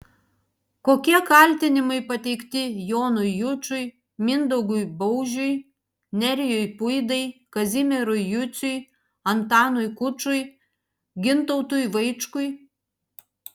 kokie kaltinimai pateikti jonui jučui mindaugui baužiui nerijui puidai kazimierui juciui antanui kučui gintautui vaičkui